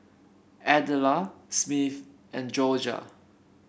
Adela Smith and Jorja